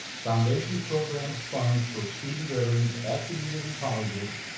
foundation program funds for student veterans at community colleges,